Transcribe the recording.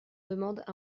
demande